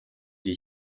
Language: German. die